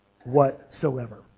whatsoever